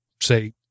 say